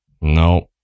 No